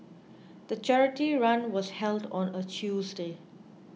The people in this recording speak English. the charity run was held on a Tuesday